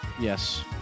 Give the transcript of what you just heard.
yes